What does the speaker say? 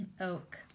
Oak